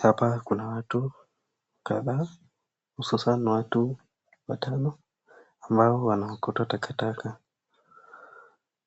Hapa kuna watu kadhaa hususani watu watano ambao wanaokota takataka